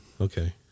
Okay